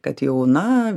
kad jau na